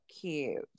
cute